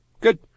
Good